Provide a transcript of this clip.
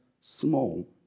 small